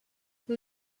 who